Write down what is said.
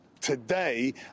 today